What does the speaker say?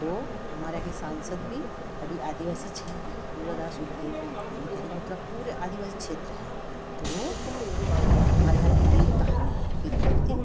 तो हमारे यहाँ के सांसद भी अभी आदिवासी छे दुर्गा दास उईके यानी कहने का मतलब पूरे आदिवासी क्षेत्र है तो यह हमारे यहाँ की यही कहानी है किद मूर्ती